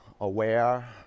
aware